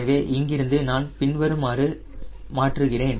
எனவே இங்கிருந்து நான் பின்வருமாறு மாற்றுகிறேன்